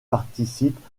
participent